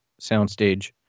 soundstage